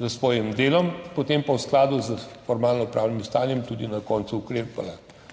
s svojim delom, potem pa v skladu s formalnopravnim stanjem tudi na koncu ukrepala.